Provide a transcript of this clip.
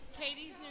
katie's